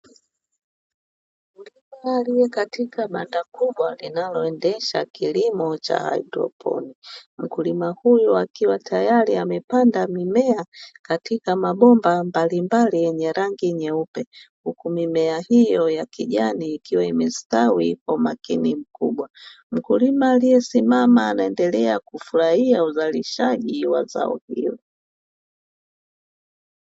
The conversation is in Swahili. Mkulima kwenye banda kubwa linaloendesha kilimo cha haidroponi mkulima huyu akiwa tayari amepanda mimea katika mabomba mbalimbali yenye rangi nyeupe, huku mimes hiyo ya kijani ikiwa imestawi kwa umakini mkubwa, mkulima aliyesimama anaendelea kufurahia uzalishaji wa zao hilo.